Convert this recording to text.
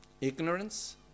Ignorance